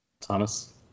Thomas